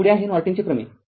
पुढे आहे नॉर्टनचे प्रमेय